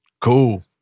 Cool